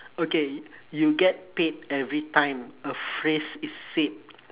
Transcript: okay you get paid every time a phrase is said